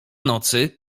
nocy